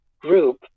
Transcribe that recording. group